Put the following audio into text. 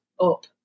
up